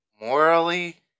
Morally